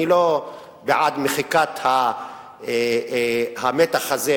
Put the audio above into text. אני לא בעד מחיקת המתח הזה,